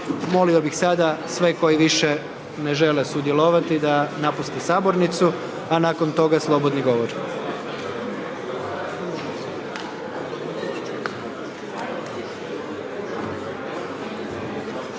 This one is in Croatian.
Molio bih sada sve koji više ne žele sudjelovati da napuste sabornicu, a nakon toga slobodni govor.